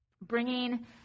Bringing